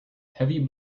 heavy